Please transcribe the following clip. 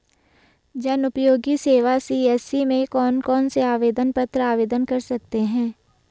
जनउपयोगी सेवा सी.एस.सी में कौन कौनसे आवेदन पत्र आवेदन कर सकते हैं?